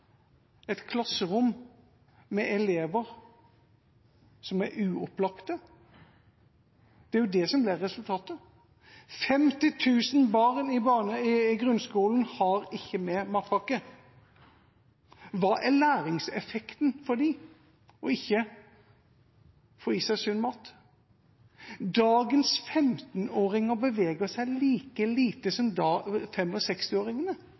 et klasserom med elever som er uopplagte. Det er jo det som blir resultatet. 50 000 barn i grunnskolen har ikke med matpakke. Hva er læringseffekten for dem – når man ikke får i seg sunn mat? Dagens 15-åringer beveger seg like lite som